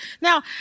Now